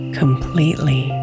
completely